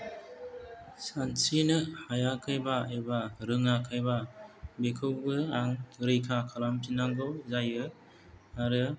सानस्रिनो हायाखैब्ला एबा रोङाखैब्ला बेखौबो आं रैखा खालामफिननांगौ जायो आरो